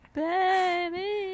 baby